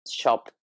shop